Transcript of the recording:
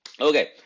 Okay